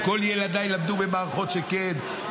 כל ילדיי למדו במערכות שכן,